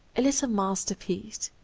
a little mastei piece.